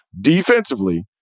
Defensively